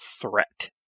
threat